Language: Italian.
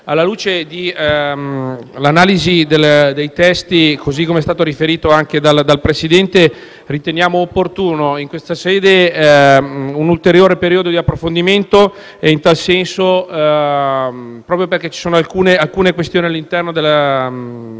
Alla luce dell'analisi dei testi, com'è stato riferito dal Presidente della Commissione, riteniamo opportuno in questa sede un ulteriore periodo di approfondimento, proprio perché ci sono alcune questioni all'interno della